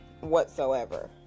whatsoever